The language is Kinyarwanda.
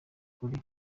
kuri